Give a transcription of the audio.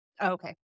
okay